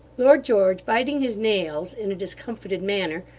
lord george, biting his nails in a discomfited manner,